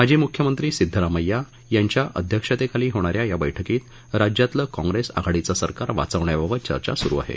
माजी मुख्यमंत्री सिद्धरामय्या यांच्या अध्यक्षतेखाली होणाऱ्या या बैठकीत राज्यातलं काँग्रेस आघाडीचं सरकार वाचवण्याबाबत चर्चा सुरु आहे